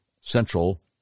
Central